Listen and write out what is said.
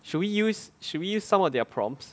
should we use should we use some of their prompts